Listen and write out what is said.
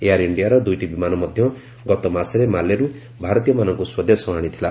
air ଇଣ୍ଡିଆର ଦୁଇଟି ବିମାନ ମଧ୍ୟ ଗତ ମାସରେ ମାଲେରୁ ଭାରତୀୟମାନଙ୍କୁ ସ୍ୱଦେଶ ଆଣିଥିଲା